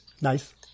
Nice